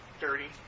dirty